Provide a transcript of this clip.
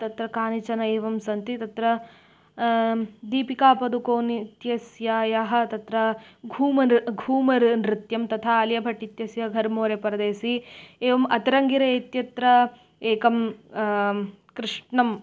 तत्र कानिचन एवं सन्ति तत्र दीपिकापदुकोने इत्यस्यायाः तत्र घूमन् घूमर् नृत्यं तथा आलिया भट् इत्यस्य घर्मोरेपरदेसि एवम् अत्रङ्गिरे इत्यत्र एकं कृष्णम्